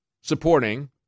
supporting